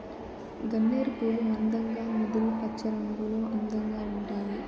గన్నేరు పూలు మందంగా ముదురు పచ్చరంగులో అందంగా ఉంటాయి